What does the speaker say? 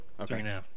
Okay